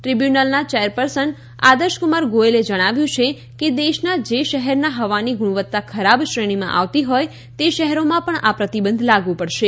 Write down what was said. દ્રીબ્યૂનલના chairperson Adarsh Kumar ગોયલે જણાવ્યું છે કે દેશના જે શહેરના હવાની ગુણવત્તા ખરાબ શ્રેણીમાં આવતી હોય તે શહેરોમાં પણ આ પ્રતિબંધ લાગુ પડશે